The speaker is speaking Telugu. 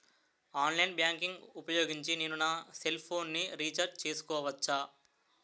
ఆన్లైన్ బ్యాంకింగ్ ఊపోయోగించి నేను నా సెల్ ఫోను ని రీఛార్జ్ చేసుకోవచ్చా?